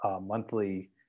monthly